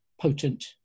potent